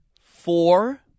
four